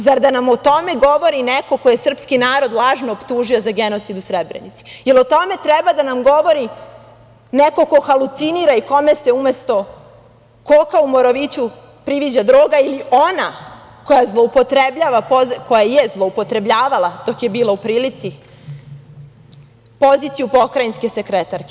Zar da nam o tome govori, neko ko je srpski narod lažno optužio za genocid u Srebrenici, jer o tome treba da nam govori neko ko halucinira i kome se umesto koka u Moroviću priviđa droga, ili ona koja je zloupotrebljavala, dok je bila u prilici, poziciju pokrajinske sekretarke?